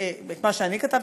את מה שאני כתבתי,